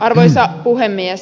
arvoisa puhemies